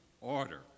order